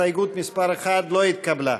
הסתייגות מס' 1 לא התקבלה.